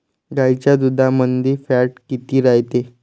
गाईच्या दुधामंदी फॅट किती रायते?